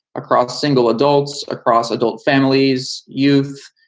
across single adults, across adult families, youth,